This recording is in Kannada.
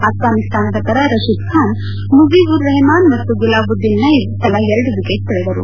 ಆಫ್ವಾನಿಸ್ತಾನದ ಪರ ರಶೀದ್ ಖಾನ್ ಮುಜೀಬ್ ಉರ್ ರೆಹಮಾನ್ ಮತ್ತು ಗುಲಾಬದ್ದೀನ್ ನೈಬ್ ತಲಾ ಎರಡು ವಿಕೆಟ್ ಪಡೆದರು